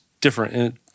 different